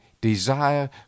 desire